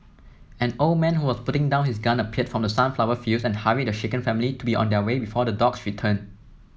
an old man who was putting down his gun appeared from the sunflower fields and hurried the shaken family to be on their way before the dogs return